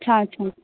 अच्छा अच्छा